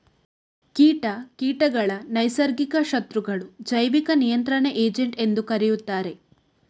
ಕೀಟ ಕೀಟಗಳ ನೈಸರ್ಗಿಕ ಶತ್ರುಗಳು, ಜೈವಿಕ ನಿಯಂತ್ರಣ ಏಜೆಂಟ್ ಎಂದೂ ಕರೆಯುತ್ತಾರೆ